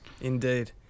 indeed